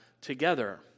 together